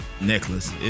necklace